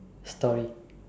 story